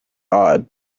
odd